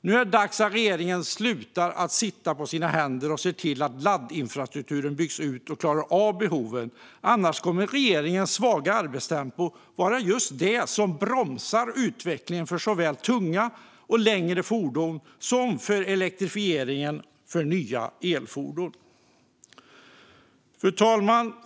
Nu är det dags att regeringen slutar sitta på händerna och ser till att laddinfrastrukturen byggs ut och klarar av behoven, annars kommer regeringens svaga arbetstempo att vara det som bromsar utvecklingen för såväl tunga och längre fordon som elektrifieringen för nya elfordon.